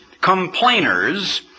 complainers